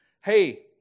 hey